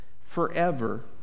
forever